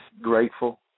grateful